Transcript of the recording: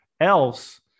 else